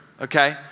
okay